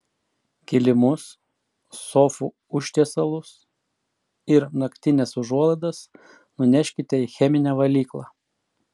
kilimus sofų užtiesalus ir naktines užuolaidas nuneškite į cheminę valyklą